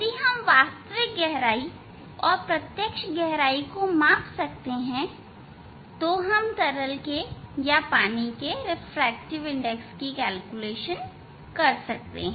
यदि हम वास्तविक गहराई और प्रत्यक्ष गहराई को माप सकते हैं तो हम तरल या पानी के रिफ्रैक्टिव इंडेक्स की गणना कर सकते हैं